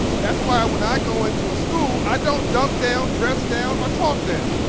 that's why when i go into a school, i don't dumb down, dress down, or talk down.